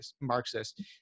Marxist